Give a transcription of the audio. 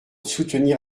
soutenir